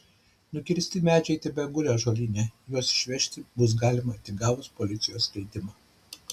nukirsti medžiai tebeguli ąžuolyne juos išvežti bus galima tik gavus policijos leidimą